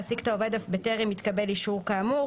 להעסיק את העובד אף בטרם התקבל אישור כאמור.